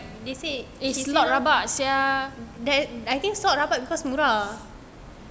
they say it's either I think slot rabak because murah